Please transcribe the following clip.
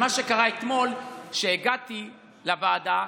מה שקרה אתמול, הגעתי לוועדה,